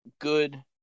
good –